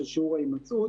של שיעור ההימצאות.